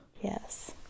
Yes